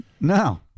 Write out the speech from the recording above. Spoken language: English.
no